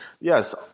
yes